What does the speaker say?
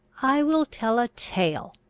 i will tell a tale!